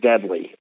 deadly